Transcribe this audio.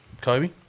Kobe